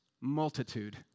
multitude